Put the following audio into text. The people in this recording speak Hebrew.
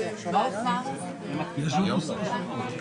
תודה רבה, הישיבה נעולה.